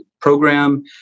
program